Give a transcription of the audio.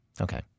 Okay